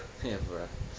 ya bruh